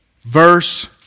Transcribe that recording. Verse